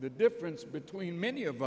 the difference between many of